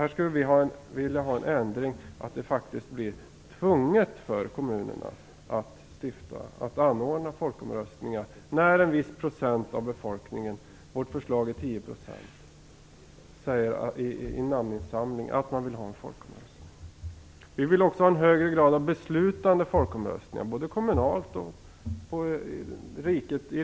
Vi skulle vilja få en sådan ändring så att det faktiskt blir tvunget för kommunerna att anordna en folkomröstning när en viss procent av kommuninvånarna - vårt förslag är 10 %- säger att de vill har en sådan. Vi vill också ha en högre grad av beslutande folkomröstningar, både kommunalt och på riksnivå.